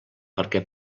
perquè